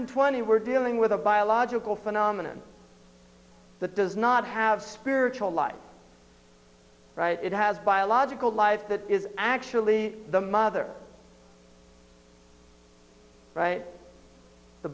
hundred twenty we're dealing with a biological phenomenon that does not have spiritual life it has biological life that is actually the mother right the